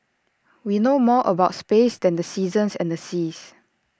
we know more about space than the seasons and the seas